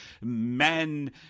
Men